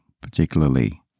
particularly